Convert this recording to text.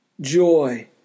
joy